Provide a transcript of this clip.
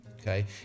okay